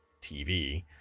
TV